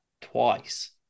Twice